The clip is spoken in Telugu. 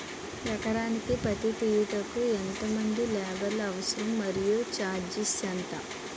ఎకరానికి పత్తి తీయుటకు ఎంత మంది లేబర్ అవసరం? మరియు ఛార్జ్ ఎంత?